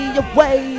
away